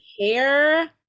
hair